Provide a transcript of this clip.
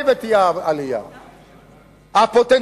חבר הכנסת מולה, תן לי לשוחח כבר.